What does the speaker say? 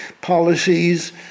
policies